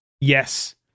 Yes